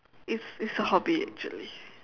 it's it's a hobby actually